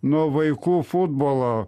nuo vaikų futbolo